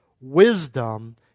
wisdom